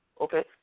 Okay